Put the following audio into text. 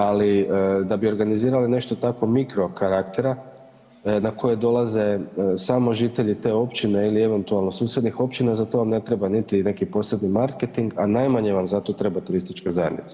Ali da bi organizirali nešto tako mikro karaktera na koje dolaze samo žitelji te općine ili eventualno susjednih općina za to ne treba niti neki posebni marketing, a najmanje vam za to treba turistička zajednica.